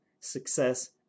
success